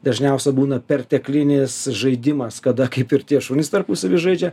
dažniausia būna perteklinis žaidimas kada kaip ir tie šunys tarpusavy žaidžia